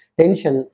tension